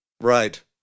Right